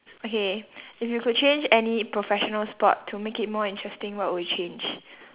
okay if you could change any professional sport to make it more interesting what would you change